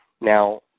now